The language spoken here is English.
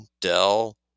Dell